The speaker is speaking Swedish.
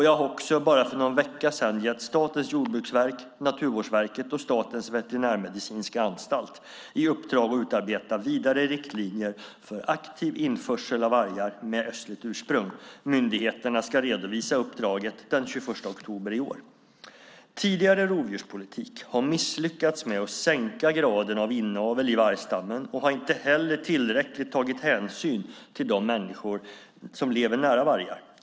Jag har också bara för någon vecka sedan gett Statens jordbruksverk, Naturvårdsverket och Statens veterinärmedicinska anstalt i uppdrag att utarbeta vidare riktlinjer för aktiv införsel av vargar med östligt ursprung. Myndigheterna ska redovisa uppdraget den 31 oktober i år. Tidigare rovdjurspolitik har misslyckats med att sänka graden av inavel i vargstammen och har inte heller tillräckligt tagit hänsyn till de människor som lever nära vargar.